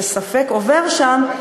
שספק עובר שם.